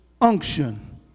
Unction